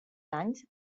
anys